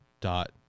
Dot